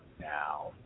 now